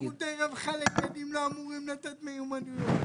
מה זאת אומרת שירותי רווחה לילדים לא אמורים לתת מיומנויות?